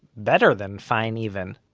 better than fine even.